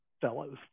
fellows